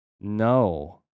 No